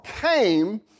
came